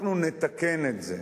אנחנו נתקן את זה.